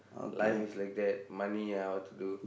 life is like that money ah what to do